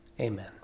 Amen